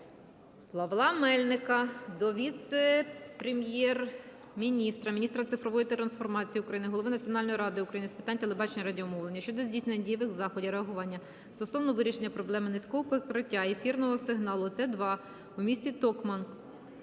Павла Мельника до віце-прем'єр-міністра - міністра цифрової трансформації України, голови Національної ради України з питань телебачення і радіомовлення щодо здійснення дієвих заходів реагування стосовно вирішення проблеми низького покриття ефірного сигналу Т2 у місті Токмак,